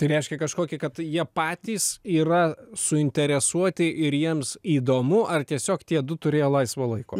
tai reiškia kažkokį kad jie patys yra suinteresuoti ir jiems įdomu ar tiesiog tie du turėjo laisvo laiko